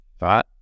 Right